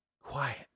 quiet